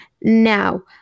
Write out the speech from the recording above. Now